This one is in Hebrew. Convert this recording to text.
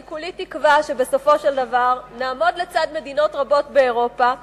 אני כולי תקווה שבסופו של דבר נעמוד לצד מדינות רבות באירופה,